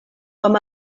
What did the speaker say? com